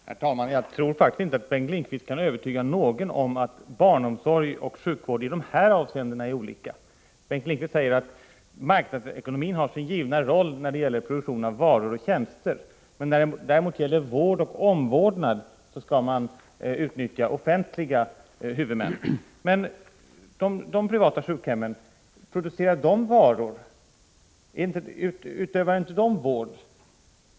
Herr talman! Jag tror faktiskt inte att Bengt Lindqvist kan övertyga någon om att barnomsorg och sjukvård i dessa avseenden är olika. Bengt Lindqvist säger att marknadsekonomin har sin givna roll när det gäller produktion av varor och tjänster men att man när det däremot gäller vård och omvårdnad skall utnyttja offentliga huvudmän. Men hur är det med de privata sjukhemmen — producerar de varor? Utövar inte de vård?